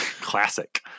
classic